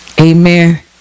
Amen